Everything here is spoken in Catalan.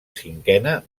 cinquena